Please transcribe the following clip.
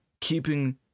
keeping